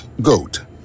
GOAT